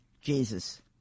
Jesus